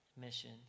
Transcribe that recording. mission